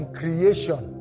creation